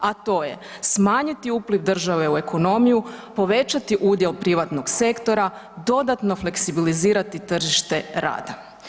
A to je smanjiti upliv države u ekonomiju, povećati udjel privatnog sektora, dodatno fleksibilizirati tržište rada.